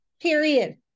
period